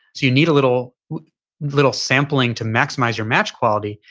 you need a little little sampling to maximize your match quality.